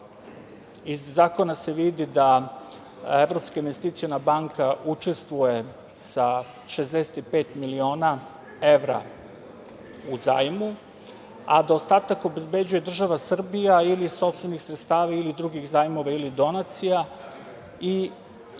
iz zakona se vidi da Evropska investiciona banka učestvuje sa 65 miliona evra u zajmu, a da ostatak obezbeđuje država Srbija ili iz sopstvenih sredstava ili zajmova ili donacija.